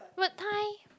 but thigh